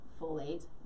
folate